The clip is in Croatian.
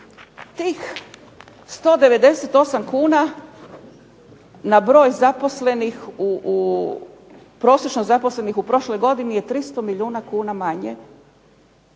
Tih 198 kuna na broj prosječno zaposlenih u prošloj godini je 300 milijuna kuna manje